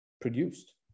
produced